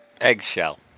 Eggshell